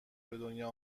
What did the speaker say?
دنیا